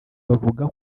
bavuga